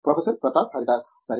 professor Pratap Haridas సరే